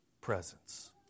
presence